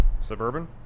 Suburban